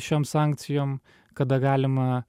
šiom sankcijom kada galima